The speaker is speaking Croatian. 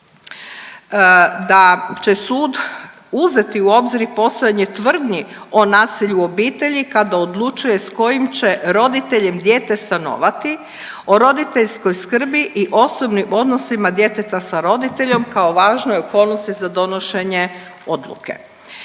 da će sud uzeti u obzir i postojanje tvrdnji o nasilju u obitelji kada odlučuje sa kojim će roditeljem dijete stanovati, o roditeljskoj skrbi i osobnim odnosima djeteta sa roditeljem kao važne okolnosti za donošenje odluke.